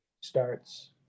starts